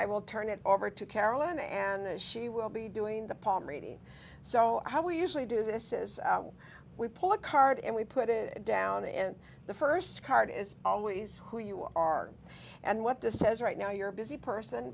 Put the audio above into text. i will turn it over to carolyn and she will be doing the palm reading so how we usually do this is we pull a card and we put it down in the first card is always who you are and what this says right now you're a busy person